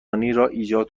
ایجاد